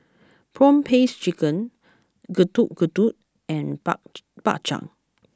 Prawn Paste Chicken Getuk Getuk and Bak Chang